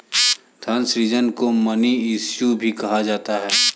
धन सृजन को मनी इश्यू भी कहा जाता है